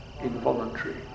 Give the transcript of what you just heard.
involuntary